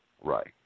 Right